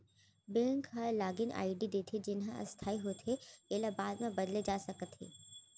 bank ह login ID देथे जेन ह अस्थाई होथे एला बाद म बदले जा सकत हे